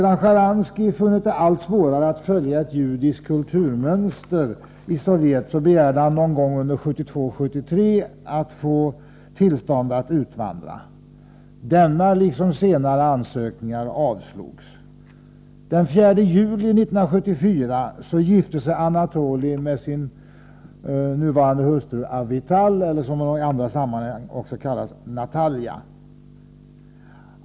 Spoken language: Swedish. Sedan Sjtjaranskij funnit det allt svårare att följa ett judiskt kulturmönster i Sovjet begärde han någon gång under åren 1972-1973 att få tillstånd att utvandra. Denna liksom senare ansökningar avslogs. Den 4 juli 1974 gifte sig Anatolij med sin nuvarande hustru Avital eller — som hon i andra sammanhang kallas — Natalja.